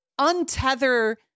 untether